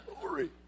Glory